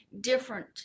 different